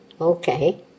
okay